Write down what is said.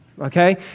Okay